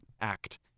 act